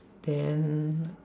then